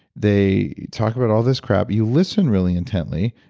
they talk about all this crap, you listen really intently.